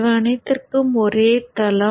இவை அனைத்திற்கும் ஒரே தளம்